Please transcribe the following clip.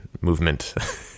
movement